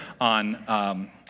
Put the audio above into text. on